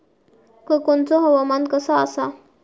कोकनचो हवामान कसा आसा?